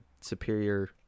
superior